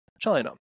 China